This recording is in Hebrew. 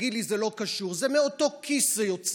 תגיד לי: זה לא קשור, מאותו כיס זה יוצא.